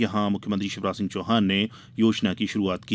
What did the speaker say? यहां मुख्यमंत्री शिवराज सिंह चौहान ने योजना की शुरूआत की